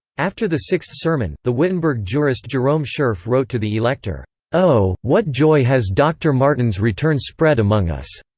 after the sixth sermon, the wittenberg jurist jerome schurf wrote to the elector oh, what joy has dr. martin's return spread among us!